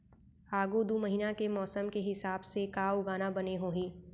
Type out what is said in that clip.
आगे दू महीना के मौसम के हिसाब से का उगाना बने होही?